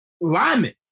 linemen